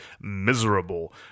miserable